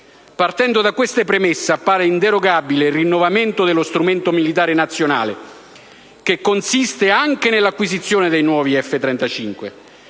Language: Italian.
Partendo da queste premesse, appare inderogabile il rinnovamento dello strumento militare nazionale, che consiste anche nell'acquisizione dei nuovi F-35